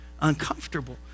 uncomfortable